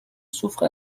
soufre